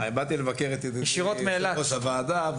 ישירות מאילת.